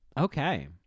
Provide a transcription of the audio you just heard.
Okay